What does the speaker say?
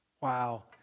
Wow